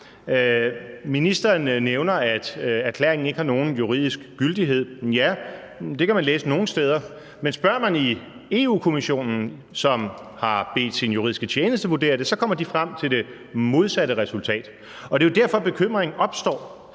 Ministeren nævner, at erklæringen ikke har nogen juridisk gyldighed. Ja, det kan man læse nogle steder, men spørger man i Europa-Kommissionen, som har bedt sin juridiske tjeneste vurdere det, så kommer de frem til det modsatte resultat, og det er jo derfor, bekymringen opstår,